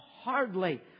hardly